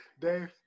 Dave